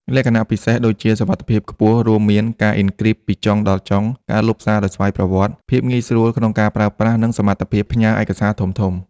លក្ខណៈពិសេសដូចជាសុវត្ថិភាពខ្ពស់ រួមមាន ការអ៊ិនគ្រីបពីចុងដល់ចុង ការលុបសារដោយស្វ័យប្រវត្តិ ភាពងាយស្រួលក្នុងការប្រើប្រាស់ និងសមត្ថភាពផ្ញើឯកសារធំៗ។